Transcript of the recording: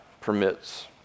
permits